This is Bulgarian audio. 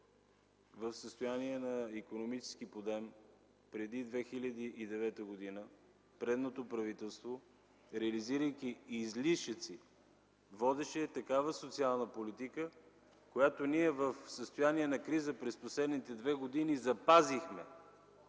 в състояние на икономически подем преди 2009 г. предното правителство, реализирайки излишъци, водеше такава социална политика, която ние, в състояние на криза през последните две години, запазихме.